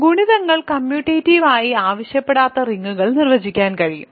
ഗുണിതങ്ങൾ commutative ആയി ആവശ്യപ്പെടാതെ റിങ്ങുകൾ നിർവചിക്കാൻ കഴിയും